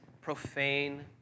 profane